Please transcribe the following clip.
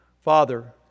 Father